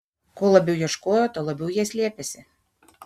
kuo labiau ieškojo tuo labiau jie slėpėsi